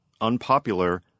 Unpopular